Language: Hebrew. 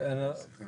שי, סליחה.